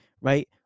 right